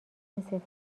این